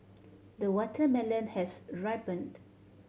the watermelon has ripened